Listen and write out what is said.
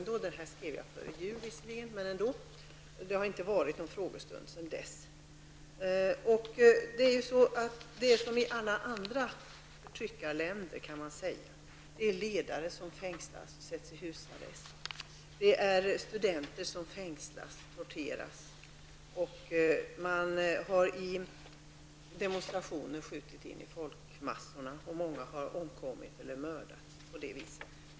Jag skrev detta före jul, men det har inte varit någon frågestund sedan dess. Som i alla andra förtryckarländer är det här ledare som fängslas och sätts i husarrest. Studenter fängslas och torteras. Man har vid demonstrationer skjutit in i folkmassorna, och många har omkommit eller mördats på det viset.